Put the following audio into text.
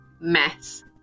mess